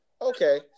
Okay